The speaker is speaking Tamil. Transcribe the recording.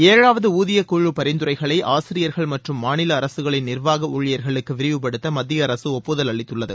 ஏழாவது ஊதியக்குழு பரிந்துரைகளை ஆசிரியர்கள் மற்றும் மாநில அரசுகளின் நிர்வாக ஊழியர்களுக்கு விரிவுபடுத்த மத்திய அரசு ஒப்புதல் அளித்துள்ளது